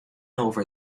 over